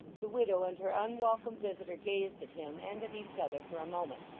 the widow and her unwelcome visitor gazed at him and at each other for a moment,